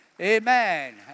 Amen